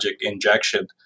injection